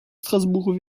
strasbourg